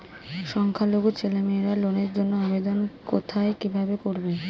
সংখ্যালঘু ছেলেমেয়েরা লোনের জন্য আবেদন কোথায় কিভাবে করবে?